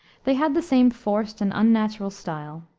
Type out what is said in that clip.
they had the same forced and unnatural style.